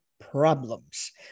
problems